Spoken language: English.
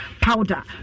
powder